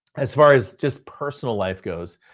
as far as just personal life goes,